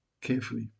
carefully